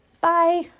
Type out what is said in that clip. Bye